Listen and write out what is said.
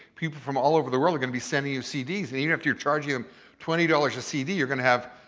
people from all over the world are gonna be sending you cds. and even if you're charging them twenty dollars a cd, you're gonna have